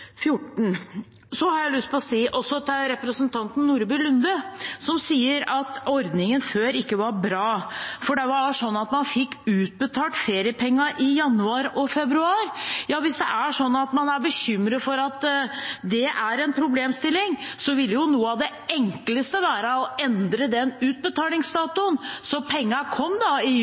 Så til representanten Nordby Lunde, som sier at ordningen før ikke var bra, fordi man fikk utbetalt feriepengene i januar og februar. Hvis man er bekymret for at det er en problemstilling, ville jo noe av det enkleste være å endre den utbetalingsdatoen, sånn at pengene kom i juni eller juli, som for andre som får feriepenger. Jeg skjønner heller ikke argumentet om at de som har opptjent rettigheter til dagpenger i